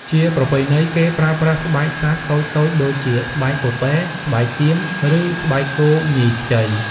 ជាប្រពៃណី គេប្រើប្រាស់ស្បែកសត្វតូចៗ ដូចជា ស្បែកពពែ ស្បែកចៀម ឬស្បែកគោញីខ្ចី។